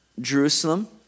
Jerusalem